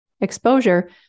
exposure